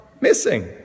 missing